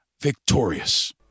victorious